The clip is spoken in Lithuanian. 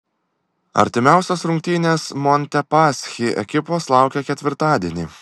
artimiausios rungtynės montepaschi ekipos laukia ketvirtadienį